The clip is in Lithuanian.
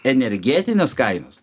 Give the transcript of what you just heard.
energetinės kainos